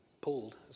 pulled